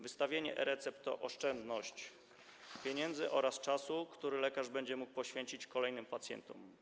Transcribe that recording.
Wystawianie e-recept to oszczędność pieniędzy oraz czasu, który lekarz będzie mógł poświęcić kolejnym pacjentom.